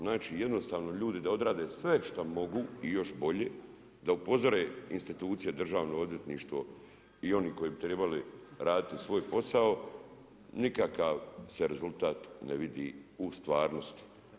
Znači jednostavno ljudi da odrade sve šta mogu i još bolje, da upozore institucije, Državno odvjetništvo i oni koji bi trebali raditi svoj posao nikakav se rezultat ne vidi u stvarnosti.